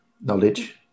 knowledge